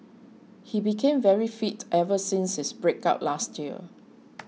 he became very fit ever since his breakup last year